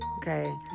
Okay